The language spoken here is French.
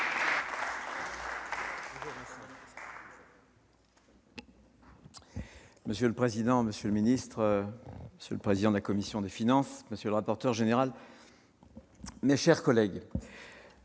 Monsieur le président, monsieur le secrétaire d'État, monsieur le président de la commission des finances, monsieur le rapporteur général, mes chers collègues,